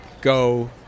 go